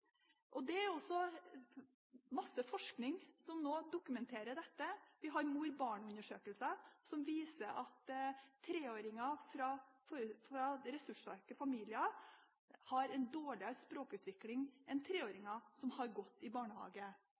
barnehagetilbud. Det er også masse forskning som nå dokumenterer dette. Vi har mor–barn-undersøkelser som viser at treåringer fra ressurssvake familier har en dårligere språkutvikling enn treåringer som har gått i barnehage.